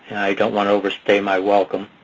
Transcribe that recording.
don't want to overstay my welcome.